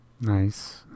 nice